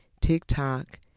TikTok